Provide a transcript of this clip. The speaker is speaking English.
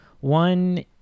One